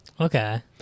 Okay